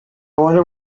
wonder